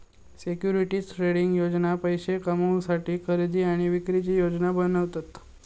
securities trading योजना पैशे कमवुसाठी खरेदी आणि विक्रीची योजना बनवता